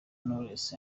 knowless